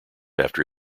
after